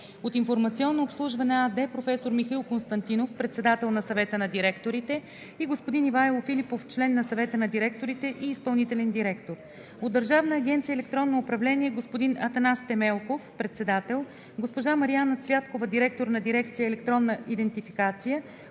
от Информационно обслужване „АД“ – професор Михаил Константинов – председател на Съвета на директорите, и господин Ивайло Филипов – член на Съвета на директорите и изпълнителен директор; от Държавна агенция „Електронно управление“: господин Атанас Темелков – председател, госпожа Мариана Цвяткова – директор на дирекция „Електронна идентификация“,